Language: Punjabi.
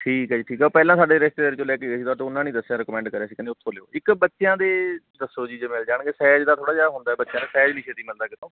ਠੀਕ ਹੈ ਜੀ ਠੀਕ ਹੈ ਉਹ ਪਹਿਲਾਂ ਸਾਡੇ ਰਿਸ਼ਤੇਦਾਰੀ 'ਚੋਂ ਲੈ ਕੇ ਗਏ ਸੀ ਤੁਹਾਥੋਂ ਉਹਨਾਂ ਨੇ ਦੱਸਿਆ ਰਿਕਮੈਂਡ ਕਰਿਆ ਸੀ ਕਹਿੰਦੇ ਉੱਥੋਂ ਲਿਓ ਇੱਕ ਬੱਚਿਆਂ ਦੇ ਦੱਸੋ ਜੀ ਜੇ ਮਿਲ ਜਾਣਗੇ ਸਾਇਜ ਦਾ ਥੋੜ੍ਹਾ ਜਿਹਾ ਹੁੰਦਾ ਬੱਚਿਆਂ ਦਾ ਸਾਇਜ ਨਹੀਂ ਛੇਤੀ ਮਿਲਦਾ ਕਿਤੋਂ